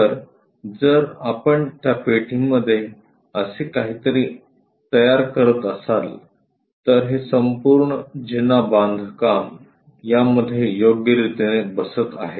तर जर आपण त्या पेटी मध्ये असे काहीतरी तयार करत असाल तर हे संपूर्ण जिना बांधकाम या मध्ये योग्यरीतीने बसत आहे